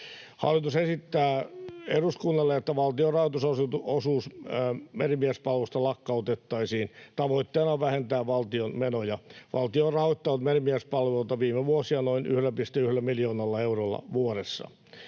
Hallitus esittää eduskunnalle, että valtion rahoitusosuus merimiespalvelusta lakkautettaisiin. Tavoitteena on vähentää valtion menoja. Valtio on rahoittanut merimiespalveluita viime vuosina noin 1,1 miljoonalla eurolla vuodessa.